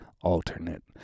alternate